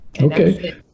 okay